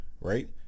right